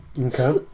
Okay